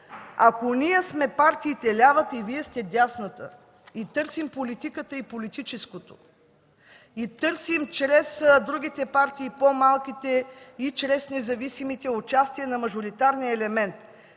ако ние сме лявата партия и Вие сте дясната и търсим политиката и политическото, и търсим чрез другите, по-малките партии, и чрез независимите участие на мажоритарния елемент,